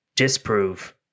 Disprove